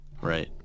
Right